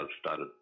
started